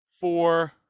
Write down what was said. Four